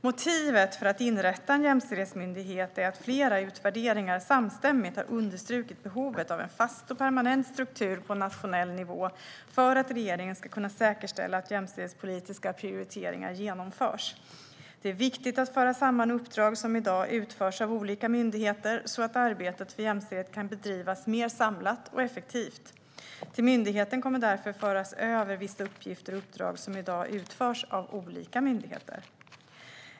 Motivet till att inrätta en jämställdhetsmyndighet är att flera utvärderingar samstämmigt har understrukit behovet av en fast och permanent struktur på nationell nivå för att regeringen ska kunna säkerställa att jämställdhetspolitiska prioriteringar genomförs. Det är viktigt att föra samman uppdrag som i dag utförs av olika myndigheter så att arbetet för jämställdhet kan bedrivas mer samlat och effektivt. Till myndigheten kommer därför att föras över vissa uppgifter och uppdrag som i dag utförs av olika myndigheter.